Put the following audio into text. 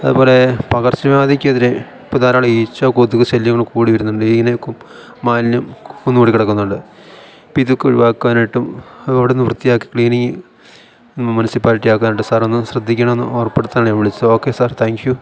അതുപോലെ പകർച്ചവ്യാധിക്ക് എതിരെ ഇപ്പം ധാരാളം ഈച്ച കൊതുക് ശല്യങ്ങൾ കൂടി വരുന്നുണ്ട് ഇതിനേക്കും മാലന്യം കുന്ന് കൂടി കിടക്കുന്നുണ്ട് ഇപ്പം ഇതൊക്കെ ഒിഴിവാക്കനായിട്ടും റോഡൊന്ന് വൃത്തിയാക്കി ക്ലീനിങ് മുൻസിപ്പാലിറ്റി ആക്കാനായിട്ടും സാർ ഒന്ന് ശ്രദ്ധിക്കണമെന്ന് ഓർമപ്പെടുത്താനാണ് ഞാന് വിളിച്ചത് ഓക്കേ സാർ താങ്ക് യു